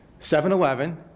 7-Eleven